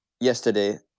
yesterday